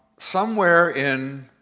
somewhere in.